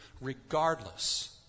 regardless